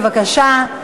בבקשה.